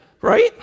Right